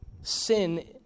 Sin